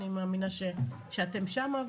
אני מאמינה שאתם שם.